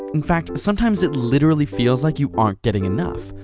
in fact, sometimes it literally feels like you aren't getting enough,